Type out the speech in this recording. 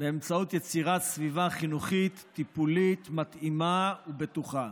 באמצעות יצירת סביבה חינוכית-טיפולית מתאימה ובטוחה.